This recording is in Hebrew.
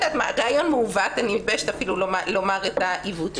רעיון מעוות ואני אפילו מתביישת לומר את העיוות שלו.